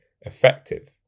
effective